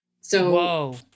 So-